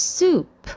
Soup